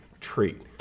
treat